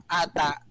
ata